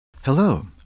Hello